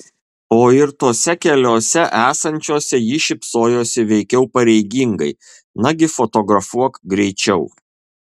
o ir tose keliose esančiose ji šypsojosi veikiau pareigingai nagi fotografuok greičiau